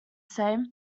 same